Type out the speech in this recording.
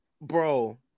Bro